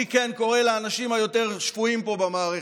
אני כן קורא לאנשים היותר-שפויים פה במערכת,